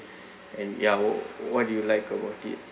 and ya wha~ what do you like about it